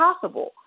possible